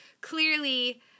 clearly